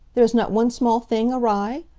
there is not one small thing awry?